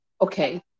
okay